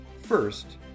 First